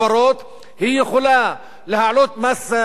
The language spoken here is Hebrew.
היא יכולה להעלות מס ערך מוסף,